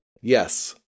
Yes